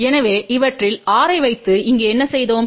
எனவே இவற்றில் 6 ஐ வைத்து இங்கே என்ன செய்தோம்